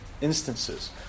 instances